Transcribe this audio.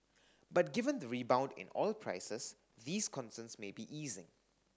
but given the rebound in oil prices these concerns may be easing